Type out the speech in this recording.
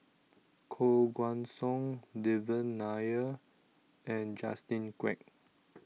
Koh Guan Song Devan Nair and Justin Quek